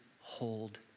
hold